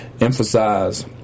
emphasize